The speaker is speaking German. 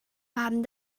haben